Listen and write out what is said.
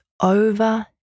over